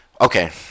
Okay